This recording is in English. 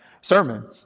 sermon